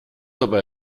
dabei